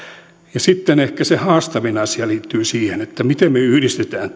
sitten ehkä se haastavin asia liittyy siihen miten me me yhdistämme